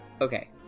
Okay